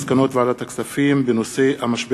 מסקנות ועדת הכספים בעקבות דיון דיון מהיר בנושא: המשבר